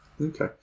okay